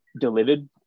delivered